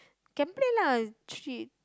can play lah